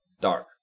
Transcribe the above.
Dark